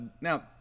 now